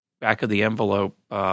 back-of-the-envelope